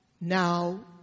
now